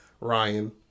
Ryan